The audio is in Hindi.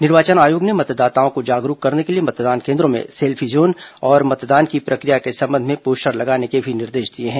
निर्वाचन आयोग ने मतदाताओं को जागरूक करने के लिए मतदान केन्द्रों में सेल्फी जोन और मतदान की प्रक्रिया के संबंध में पोस्टर लगाने के भी निर्देश दिए हैं